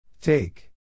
Take